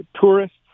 Tourists